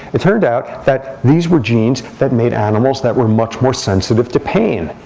it turned out that these were genes that made animals that were much more sensitive to pain.